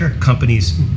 companies